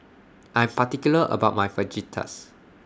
I'm particular about My Fajitas